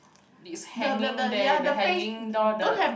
this hanging there the hanging door the